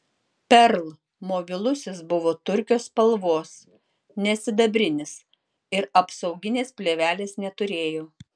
perl mobilusis buvo turkio spalvos ne sidabrinis ir apsauginės plėvelės neturėjo